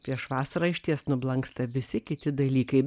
prieš vasarą išties nublanksta visi kiti dalykai